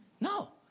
No